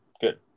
Good